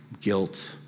guilt